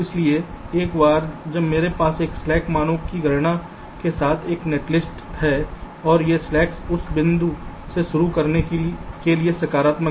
इसलिए एक बार जब मेरे पास इस स्लैक मानों की गणना के साथ एक नेटलिस्ट है और ये स्लैक्स उस बिंदु से शुरू करने के लिए सकारात्मक हैं